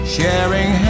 Sharing